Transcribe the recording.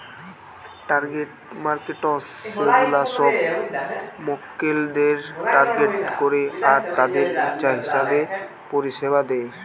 target markets সেগুলা সব মক্কেলদের টার্গেট করে আর তাদের ইচ্ছা হিসাবে পরিষেবা দেয়